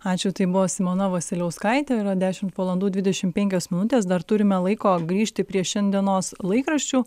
ačiū tai buvo simona vasiliauskaitė yra dešimt valandų dvidešimt penkios minutės dar turime laiko grįžti prie šiandienos laikraščių